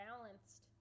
balanced